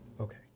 Okay